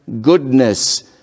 goodness